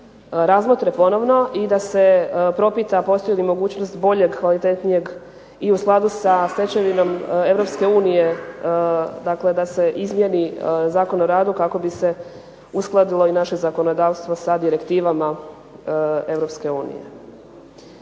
razmotre ponovno i da se propita postoji li mogućnost boljeg, kvalitetnijeg i u skladu sa stečevinom Europske unije dakle da se izmijeni Zakon o radu kako bi se uskladilo i naše zakonodavstvo sa direktivama